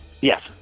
Yes